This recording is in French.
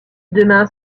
demain